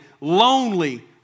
lonely